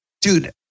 Dude